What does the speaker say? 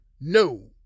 No